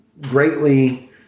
greatly